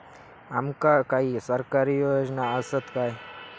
आमका काही सरकारी योजना आसत काय?